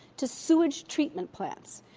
to sewage treatment plants,